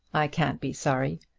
i can't be sorry,